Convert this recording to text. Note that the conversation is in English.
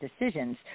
decisions